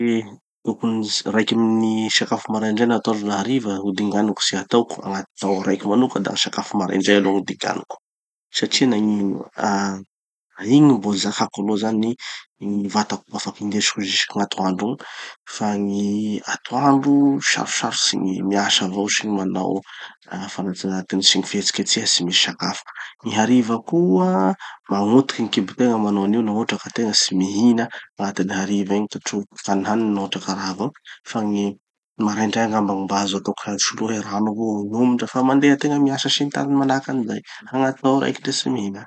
Gny tokony tsy, raiky amin'ny sakafo maraindray, na atoandro na hariva ho dinganiko tsy hataoko agnaty tao raiky manoka da gny sakafo maraindray aloha gny ho dinganiko. Satria nagnino? Ah igny gny mbo zakako aloha zany, gny vatako mbo afaky indesiko jusque gn'atoandro. Fa gny atoandro, sarosarotsy gny miasa avao sy gny manao ah fanatanjahatena sy gny fihetsiketseha tsy misy sakafo. Gny hariva koa, magnotiky gny kibo tegna manao anio no hotraky tegna tsy mihina agnatiny hariva igny. Trokiko hanihaniny no hotraky raha avao fa gny maraindray angamba gny mba azo atao ka- soloa hoe rano avao. Dra mba fa mandeha tegna miasa sy ny tariny manahaky anizay, agnaty taony raiky ndre tsy mihina.